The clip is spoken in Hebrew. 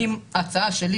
ההצעה שלי